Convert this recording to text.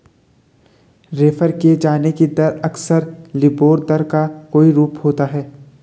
refer किये जाने की दर अक्सर लिबोर दर का कोई रूप होता है